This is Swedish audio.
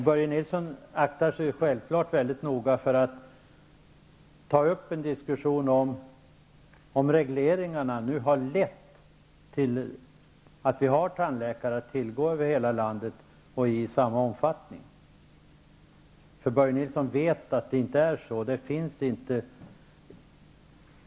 Börje Nilsson aktade sig självfallet väldigt noga för att ta upp en diskussion om huruvida etableringsregleringarna nu har lett till att vi har tandläkare att tillgå i hela landet och i samma omfattning, för Börje Nilsson vet att det inte är så.